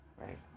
Right